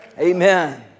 Amen